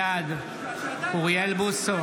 בעד אוריאל בוסו,